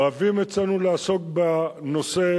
אוהבים אצלנו לעסוק בנושא.